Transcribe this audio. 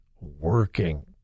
working